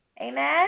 Amen